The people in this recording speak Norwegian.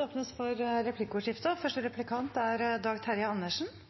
Det blir replikkordskifte. I og